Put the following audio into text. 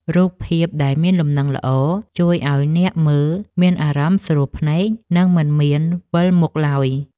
រូបភាពដែលមានលំនឹងល្អជួយឱ្យអ្នកមើលមានអារម្មណ៍ស្រួលភ្នែក និង មិនមានវិលមុខឡើយ។